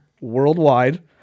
worldwide